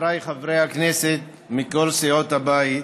חבריי חברי הכנסת מכל סיעות הבית,